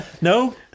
No